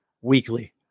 weekly